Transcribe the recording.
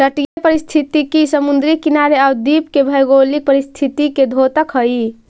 तटीय पारिस्थितिकी समुद्री किनारे आउ द्वीप के भौगोलिक परिस्थिति के द्योतक हइ